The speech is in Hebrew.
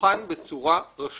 שהוכן בצורה רשלנית.